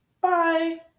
Bye